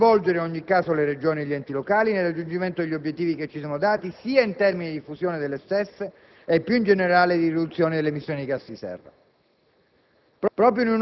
Dobbiamo coinvolgere in ogni caso le Regioni e gli enti locali nel raggiungimento degli obiettivi che ci siamo dati sia in termini di diffusione delle stesse e, più in generale, di riduzione delle emissioni di gas serra.